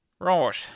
Right